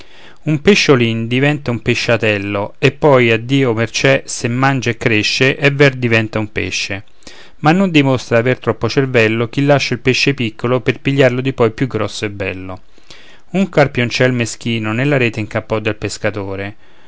un pesciolin diventa un pesciatello e poi la dio mercé se mangia e cresce è ver diventa un pesce ma non dimostra aver troppo cervello chi lascia il pesce piccolo per pigliarlo di poi più grosso e bello un carpioncel meschino nella rete incappò del pescatore